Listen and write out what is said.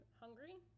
hungry